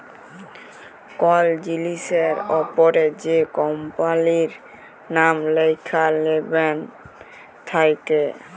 call জিলিসের অপরে যে কম্পালির লাম ল্যাখা লেবেল থাক্যে